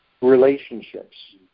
Relationships